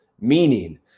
meaning